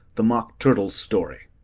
the mock turtle's story